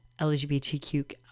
LGBTQ